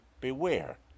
beware